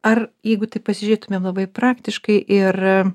ar jeigu taip pasižiūrėtume labai praktiškai ir